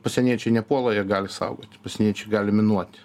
pasieniečiai nepuola jie gali saugoti pasieniečiai gali minuoti